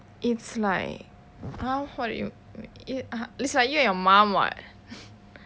it's like how what do you mean it's like you and your mum [what]